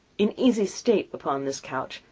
in easy state upon this couch,